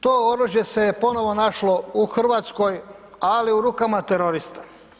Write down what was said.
To oružje se ponovno našlo u Hrvatskoj ali u rukama terorista.